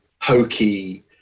hokey